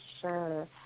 Sure